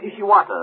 Ishiwata